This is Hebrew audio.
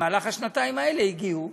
במהלך השנתיים האלה הגיעו,